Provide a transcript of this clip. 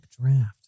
draft